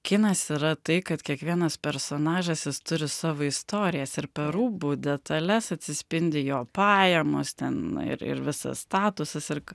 kinas yra tai kad kiekvienas personažas jis turi savo istorijas ir per rūbų detales atsispindi jo pajamos ten na ir ir visas statusas ir